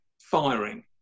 firing